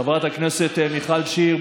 חברת הכנסת מיכל שיר,